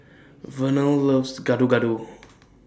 Vernell loves Gado Gado